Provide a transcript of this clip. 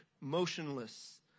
motionless